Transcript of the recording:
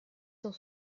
cent